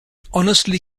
honestly